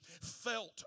felt